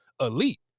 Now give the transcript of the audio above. elite